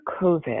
COVID